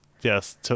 Yes